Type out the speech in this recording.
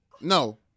No